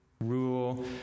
rule